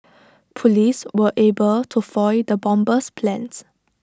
Police were able to foil the bomber's plans